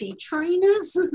trainers